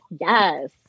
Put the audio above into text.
yes